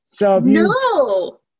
No